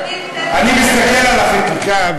אני מסתכל על החקיקה,